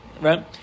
Right